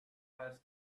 has